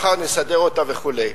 מחר נסדר אותה וכו'.